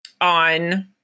on